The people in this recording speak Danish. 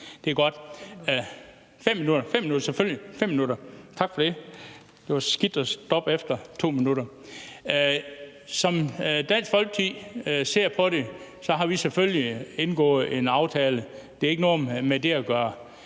minutter.). Det er selvfølgelig 5 minutter. Tak for det. Det ville jo være skidt at stoppe efter 2 minutter. Som Dansk Folkeparti ser på det, har vi selvfølgelig indgået en aftale, og det har ikke noget med det at gøre.